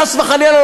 חס וחלילה,